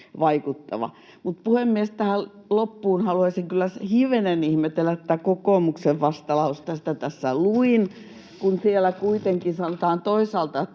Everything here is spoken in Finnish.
vaikuttava. Puhemies! Tähän loppuun haluaisin kyllä hivenen ihmetellä tätä kokoomuksen vastalausetta, mitä tässä luin, kun siellä kuitenkin sanotaan toisaalta,